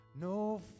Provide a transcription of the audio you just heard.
No